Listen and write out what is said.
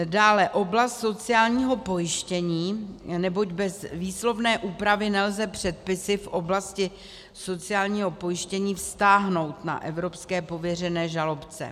Dále oblast sociálního pojištění, neboť bez výslovné úpravy nelze předpisy v oblasti sociálního pojištění vztáhnout na evropské pověřené žalobce.